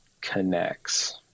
connects